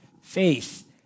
Faith